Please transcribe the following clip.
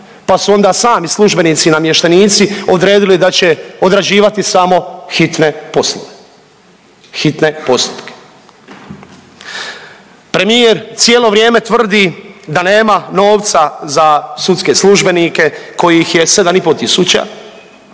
pa su onda sami službenici i namještenici odredili da će odrađivati samo hitne poslove, hitne postupke. Premijer cijelo vrijeme tvrdi da nema novca za sudske službenike kojih je 7 i po tisuća,